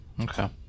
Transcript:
okay